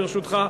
ברשותך,